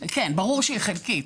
כן, ברור שהיא חלקית.